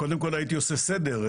קודם כול, הייתי עושה סדר.